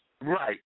Right